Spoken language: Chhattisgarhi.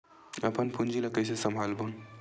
अपन पूंजी ला कइसे संभालबोन?